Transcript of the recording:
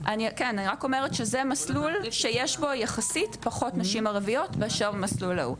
אני רק אומרת שזה מסלול שיש בו פחות נשים ערביות מאשר המסלול ההוא.